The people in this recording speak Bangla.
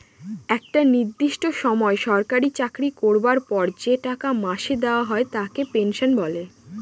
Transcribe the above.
একটা নির্দিষ্ট সময় সরকারি চাকরি করবার পর যে টাকা মাসে দেওয়া হয় তাকে পেনশন বলে